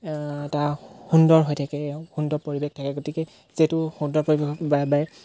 এটা সুন্দৰ হৈ থাকে সুন্দৰ পৰিৱেশ থাকে গতিকে যিহেতু সুন্দৰ পৰিৱেশৰ বাবে